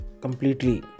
completely